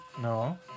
No